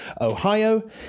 Ohio